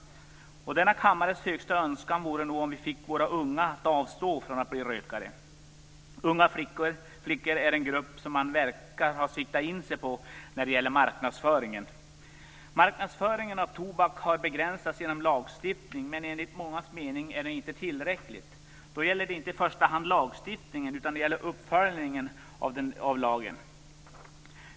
Denna kammares högsta önskan vore nog om vi fick våra unga att avstå från att bli rökare. Unga flickor är den grupp som man verkar ha siktat in sig på när det gäller marknadsföringen. Marknadsföringen av tobak har begränsats genom lagstiftning, men enligt mångas mening är det inte tillräckligt. Då gäller det i första hand inte lagstiftningen utan uppföljningen av lagen.